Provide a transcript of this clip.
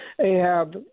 Ahab